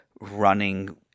running –